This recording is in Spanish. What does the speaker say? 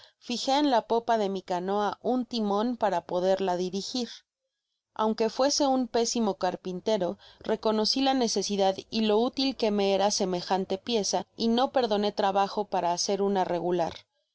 en la popa de mi canoa un timon para poderla dirigir aunque fuese un pésimo carpintero reconocí la necesidad y lo útil que me era semejante pieza y no perdoné trabajo para hacer una regular